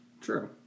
True